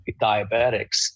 diabetics